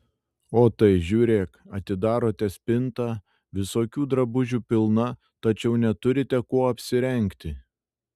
o tai žiūrėk atidarote spintą visokių drabužių pilna tačiau neturite kuo apsirengti